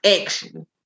action